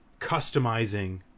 customizing